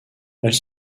elles